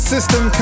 System